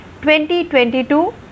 2022